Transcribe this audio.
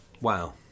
Wow